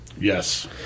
Yes